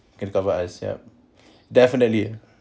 can cover us yup definitely